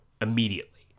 immediately